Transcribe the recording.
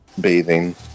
bathing